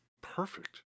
perfect